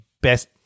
best